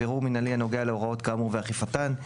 בירור מינהלי הנוגע להוראות כאמור ואכיפתן,